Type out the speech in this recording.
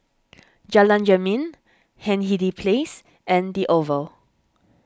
Jalan Jermin Hindhede Place and the Oval